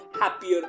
happier